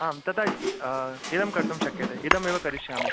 आम् तथा इदं कर्तुं शक्यते इदमेव करिष्यामि